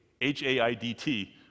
H-A-I-D-T